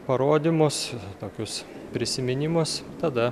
parodymus tokius prisiminimus tada